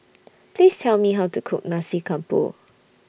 Please Tell Me How to Cook Nasi Campur